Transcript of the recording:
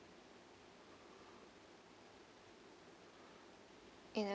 eleven